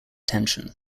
tension